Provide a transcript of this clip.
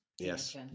Yes